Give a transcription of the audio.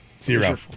Zero